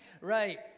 Right